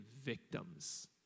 victims